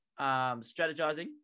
strategizing